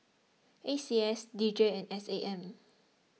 A C S D J and S A M